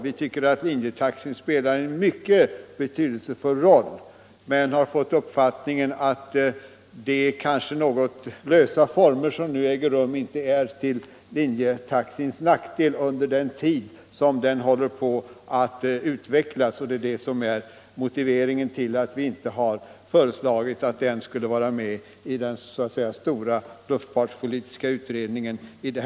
Vi tycker att linjetaxiflyget spelar en mycket betydelsefull roll men har fått uppfattningen att de kanske något lösa former i vilka den trafiken nu äger rum inte är till linjetaxins nackdel under den tid som den håller på att utvecklas. Det är motiveringen till att vi inte har föreslagit att linjetaxin skulle vara med i den stora luftfartspolitiska utredningen.